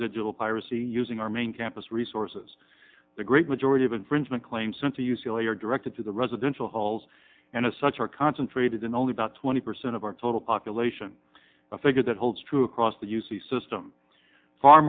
digital piracy using our main campus resources the great majority of infringement claims sent to u c l a are directed to the residential halls and as such are concentrated in only about twenty percent of our total population a figure that holds true across the u c system far